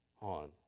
On